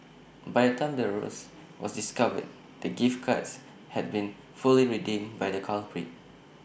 by the time the ruse was discovered the gift cards had been fully redeemed by the culprits